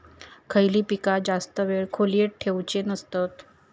खयली पीका जास्त वेळ खोल्येत ठेवूचे नसतत?